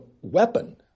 weapon